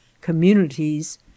communities